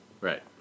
right